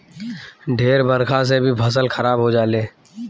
ढेर बरखा से भी फसल खराब हो जाले